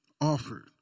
offered